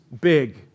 big